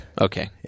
Okay